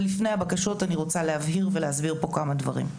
אבל לפני הבקשות אני רוצה להבהיר ולהסביר פה כמה דברים.